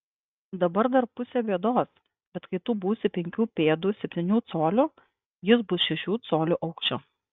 dabar dar pusė bėdos bet kai tu būsi penkių pėdų septynių colių jis bus šešių colių aukščio